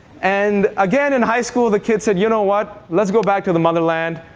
and again in high school, the kid said you know what? let's go back to the motherland,